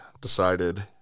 decided